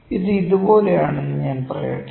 ഇത് ഇതുപോലെയാണെന്ന് ഞാൻ പറയട്ടെ